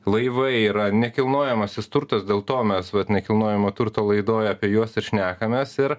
laivai yra nekilnojamasis turtas dėl to mes vat nekilnojamo turto laidoj apie juos ir šnekamės ir